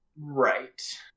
Right